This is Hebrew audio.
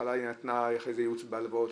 אחרי זה ייעוץ בהלוואות,